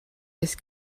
ich